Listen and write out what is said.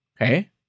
okay